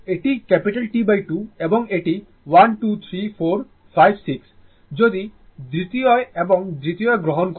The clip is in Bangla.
এটি T2 এবং এটি 1 2 3 4 5 6 যদি দ্বিতীয় এবং দ্বিতীয় গ্রহণ করে